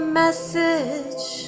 message